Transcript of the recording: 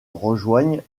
rejoignent